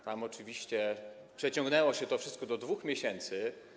Tam oczywiście przeciągnęło się to wszystko do 2 miesięcy.